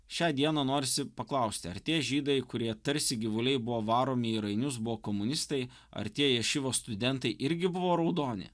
šią dieną norisi paklausti ar tie žydai kurie tarsi gyvuliai buvo varomi į rainius buvo komunistai ar tie ješivos studentai irgi buvo raudoni